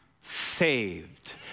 saved